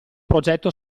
progetto